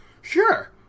sure